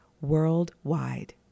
worldwide